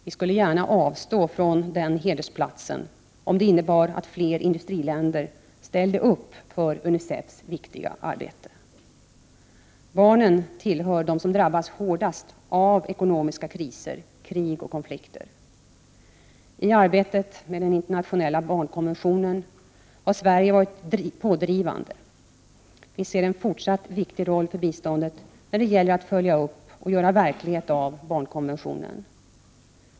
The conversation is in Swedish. Vi skulle gärna avstå från den hedersplatsen, om det innebar att fler industriländer ställde upp för UNICEF:s viktiga arbete. Barnen hör till dem som drabbas hårdast av ekonomiska kriser, krig och konflikter. I arbetet med den internationella barnkonventionen har Sverige varit pådrivande. Vi ser en fortsatt viktig roll för biståndet när det gäller att följa upp, och göra verklighet av, barnkonventionen.